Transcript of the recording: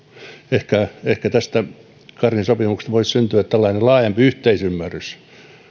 ehkä ehkä tästä karhisen sopimuksesta voisi syntyä laajempi yhteisymmärrys